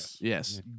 Yes